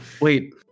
Wait